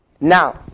Now